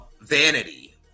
vanity